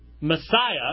Messiah